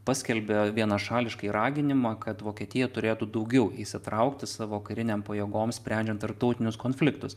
paskelbė vienašališkai raginimą kad vokietija turėtų daugiau įsitraukti savo karinėm pajėgom sprendžiant tarptautinius konfliktus